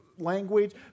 language